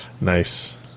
Nice